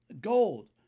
Gold